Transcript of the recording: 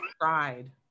cried